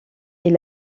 est